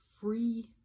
free